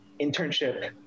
internship